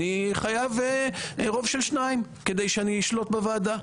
אני חייב רוב של שניים כדי שאני אשלוט בוועדה.